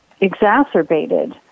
exacerbated